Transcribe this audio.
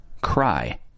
cry